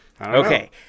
Okay